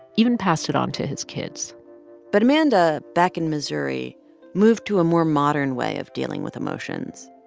even passed it on to his kids but amanda back in missouri moved to a more modern way of dealing with emotions.